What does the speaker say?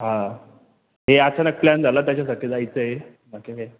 हां हे आचानक प्लॅन झालं त्याच्यासाठी जायचं आहे बाकी काही